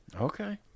Okay